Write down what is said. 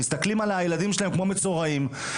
מסתכלים על הילדים שלהם כמו מצורעים,